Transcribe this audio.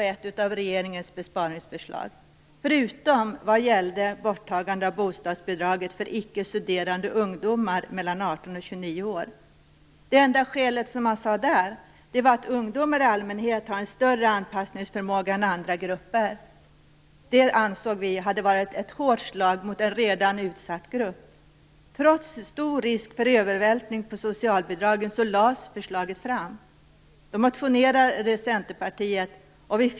Det enda skäl som man angav på den punkten var att ungdomarna har större anpassningsförmåga än andra grupper. Trots stor risk för övervältring på socialbidragen lades förslaget fram.